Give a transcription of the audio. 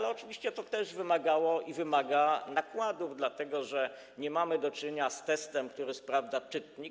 To oczywiście też wymagało i wymaga nakładów, dlatego że nie mamy do czynienia z testem, który sprawdza czytnik.